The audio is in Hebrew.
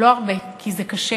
לא הרבה, כי זה קשה.